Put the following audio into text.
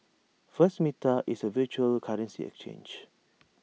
first meta is A virtual currency exchange